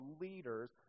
leaders